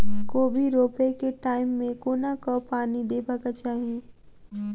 कोबी रोपय केँ टायम मे कोना कऽ पानि देबाक चही?